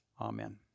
Amen